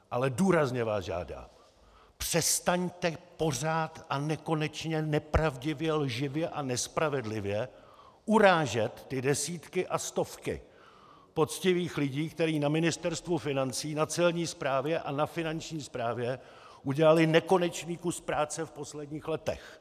Ale důrazně vás žádám: Přestaňte pořád a nekonečně nepravdivě, lživě a nespravedlivě urážet ty desítky a stovky poctivých lidí, kteří na Ministerstvu financí, na celní správě a na finanční správě udělali nekonečný kus práce v posledních letech!